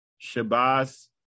Shabazz